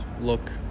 look